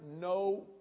no